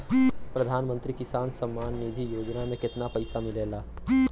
प्रधान मंत्री किसान सम्मान निधि योजना में कितना पैसा मिलेला?